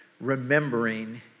remembering